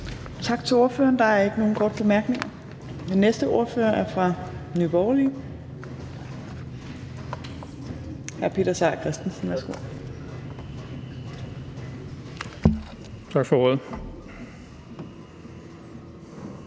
Tak til ordføreren. Der er ikke nogen korte bemærkninger. Den næste ordfører er fra Nye Borgerlige. Hr. Peter Seier Christensen, værsgo. Kl.